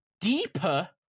deeper